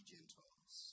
Gentiles